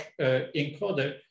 encoder